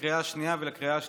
לקריאה שנייה ולקריאה שלישית,